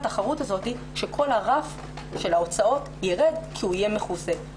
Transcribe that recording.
שכל הרף של ההוצאות ירד כי הוא יהיה מכוסה.